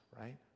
right